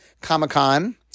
Comic-Con